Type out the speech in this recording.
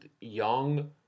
young